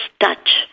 touch